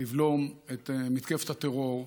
לבלום את מתקפת הטרור,